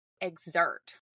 exert